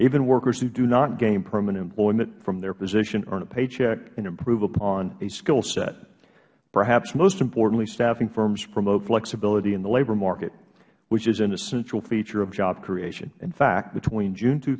even workers who do not gain permanent employment from their position earn a paycheck and improve upon a skill set perhaps most importantly staffing firms promote flexibility in the labor market which is an essential feature of job creation in fact between june two